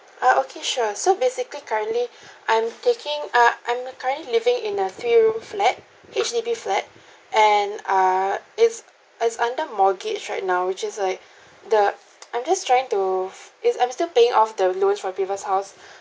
ah okay sure so basically currently I'm taking uh I'm currently living in a three room flat H_D_B flat and err is is under mortgage right now which is like the I'm just trying to is I'm still paying off the loan for previous house